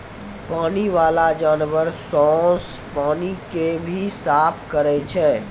पानी बाला जानवर सोस पानी के भी साफ करै छै